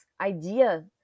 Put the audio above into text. idea